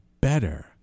better